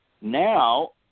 Now